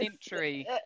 century